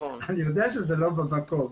אני יודע שזה לא במקום.